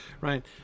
right